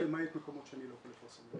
למעט מקומות שאני לא יכול לפרסם.